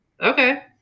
Okay